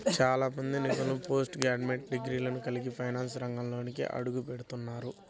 చాలా మంది నిపుణులు పోస్ట్ గ్రాడ్యుయేట్ డిగ్రీలను కలిగి ఫైనాన్స్ రంగంలోకి అడుగుపెడుతున్నారు